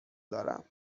دارم